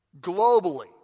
Globally